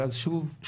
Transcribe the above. אז שוב,